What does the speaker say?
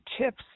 tips